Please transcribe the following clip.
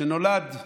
שנולדה